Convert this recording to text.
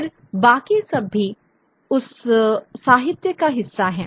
फिर बाकी सब भी उस साहित्य का हिस्सा हैं